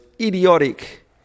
idiotic